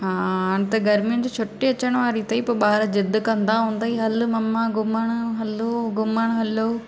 हा हाणे त गर्मियुनि जी छुट्टी अचण वारी अथेई पोइ ॿार जिद कंदा हूंदा हल मम्मा घुमणु हलो घुमणु हलो